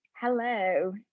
Hello